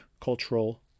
cultural